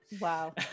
Wow